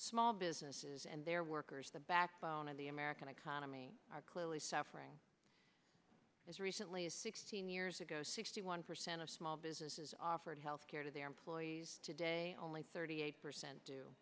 small businesses and their workers the backbone of the american economy are clearly suffering as recently as sixteen years ago sixty one percent of small businesses offered health care to their employees today only thirty eight percent d